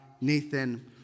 Nathan